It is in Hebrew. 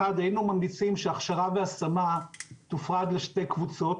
1. היינו ממליצים שהכשרה והשמה תופרד לשתי קבוצות,